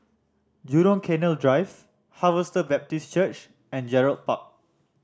Jurong Canal Drive Harvester Baptist Church and Gerald Park